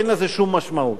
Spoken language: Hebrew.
אין לזה שום משמעות.